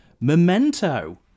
Memento